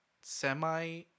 semi